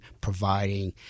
providing